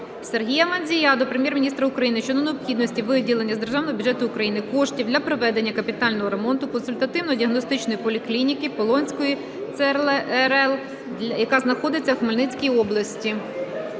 Сергія Мандзія до Прем'єр-міністра України щодо необхідності виділення з Державного бюджету України коштів для проведення капітального ремонту консультативно-діагностичної поліклініки Полонської ЦРЛ, яка знаходиться в Хмельницькій області.